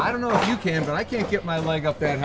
i don't know you can't i can't get my leg up